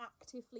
actively